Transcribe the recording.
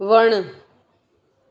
वण